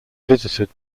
visited